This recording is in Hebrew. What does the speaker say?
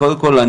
קודם כול,